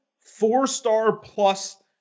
four-star-plus